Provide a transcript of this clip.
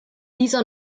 dieser